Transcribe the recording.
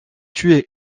tué